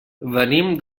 venim